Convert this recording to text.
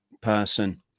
person